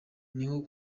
niho